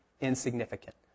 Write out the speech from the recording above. insignificant